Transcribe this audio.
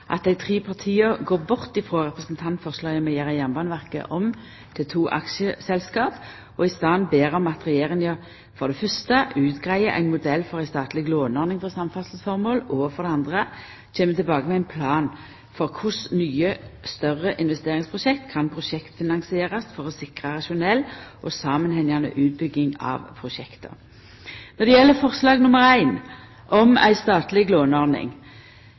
at dei tre partia går bort frå representantforslaget om å gjera Jernbaneverket om til to aksjeselskap, og i staden ber dei om at Regjeringa for det fyrste utgreier ein modell for ei statleg låneordning for samferdsleformål, og for det andre ber dei om at Regjeringa kjem tilbake med ein plan for korleis nye, større investeringsprosjekt kan prosjektfinansierast for å sikra rasjonell og samanhengande utbygging av prosjektet. Når det gjeld forslag nr. 1 om ei statleg